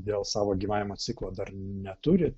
dėl savo gyvavimo ciklo dar neturi